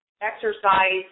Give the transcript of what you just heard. exercise